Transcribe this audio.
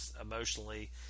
emotionally